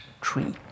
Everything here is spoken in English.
tree